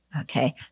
Okay